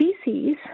species